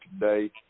today